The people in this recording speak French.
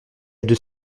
deux